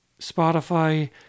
Spotify